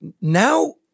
Now